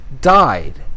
died